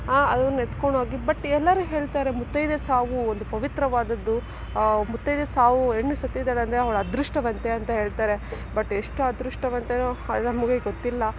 ಅದನ್ನು ಎತ್ಕೊಂಡು ಹೋಗಿ ಬಟ್ ಎಲ್ಲರೂ ಹೇಳ್ತಾರೆ ಮುತ್ತೈದೆ ಸಾವು ಒಂದು ಪವಿತ್ರವಾದದ್ದು ಮುತ್ತೈದೆ ಸಾವು ಹೆಣ್ಣು ಸತ್ತಿದ್ದಾಳೆ ಅಂದರೆ ಅವಳ ಅದೃಷ್ಟವಂತೆ ಅಂತ ಹೇಳ್ತಾರೆ ಬಟ್ ಎಷ್ಟು ಅದೃಷ್ಟವಂತೆನೋ ಅದು ನಮಗೆ ಗೊತ್ತಿಲ್ಲ